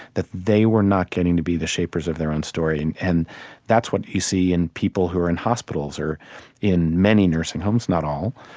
that they were not getting to be the shapers of their own story. and and that's what you see in people who are in hospitals or in many nursing homes, not all,